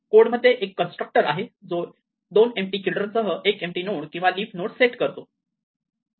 code मध्ये एक constructor आहे जो दोन एम्पटी चिल्ड्रन सह एक एम्पटी नोड किंवा लीफ नोड सेट करतो